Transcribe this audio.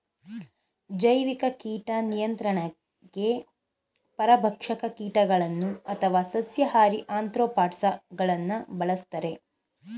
ಜೈವಿಕ ಕೀಟ ನಿಯಂತ್ರಣಗೆ ಪರಭಕ್ಷಕ ಕೀಟಗಳನ್ನು ಅಥವಾ ಸಸ್ಯಾಹಾರಿ ಆಥ್ರೋಪಾಡ್ಸ ಗಳನ್ನು ಬಳ್ಸತ್ತರೆ